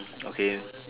okay